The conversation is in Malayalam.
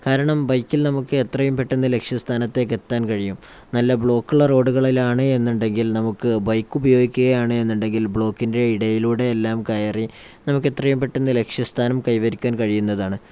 കാരണം ബൈക്കിൽ നമുക്ക് എത്രയും പെട്ടെന്ന് ലക്ഷ്യസ്ഥാനത്തേക്ക് എത്താൻ കഴിയും നല്ല ബ്ലോക്കുള്ള റോഡുകളിലാണെന്നുണ്ടെങ്കിൽ നമുക്ക് ബൈക്ക് ഉപയോഗിക്കുകയാണെന്നുണ്ടെങ്കിൽ ബ്ലോക്കിൻ്റെ ഇടയിലൂടെയെല്ലാം കയറി നമുക്കെത്രയും പെട്ടെന്ന് ലക്ഷ്യസ്ഥാനം കൈവരിക്കാൻ കഴിയുന്നതാണ്